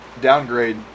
Downgrade